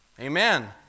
Amen